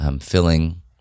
filling